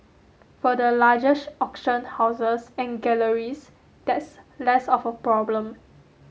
for the largest auction houses and galleries that's less of a problem